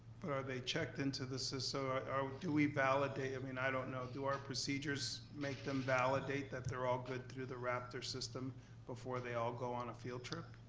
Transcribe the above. but are they checked into the sys, ah so do we validate? i mean, i don't know. do our procedures make them validate that they're all good through the raptor system before they all go on a field trip?